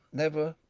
never,